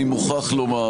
אני מוכרח לומר,